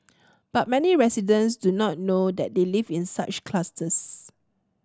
but many residents do not know that they live in such clusters